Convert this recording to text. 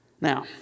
Now